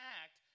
act